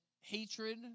hatred